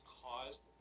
caused